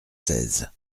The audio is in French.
seize